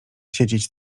siedzieć